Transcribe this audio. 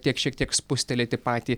tiek šiek tiek spustelėti patį